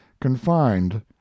confined